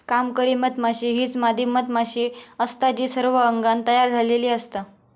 कामकरी मधमाशी हीच मादी मधमाशी असता जी सर्व अंगान तयार झालेली असता